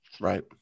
Right